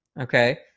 okay